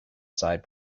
side